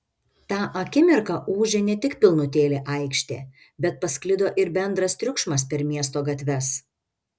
tą akimirką ūžė ne tik pilnutėlė aikštė bet pasklido ir bendras triukšmas per miesto gatves